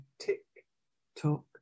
tick-tock